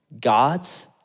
God's